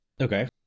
okay